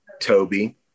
Toby